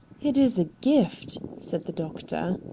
it is a gift, said the doctor.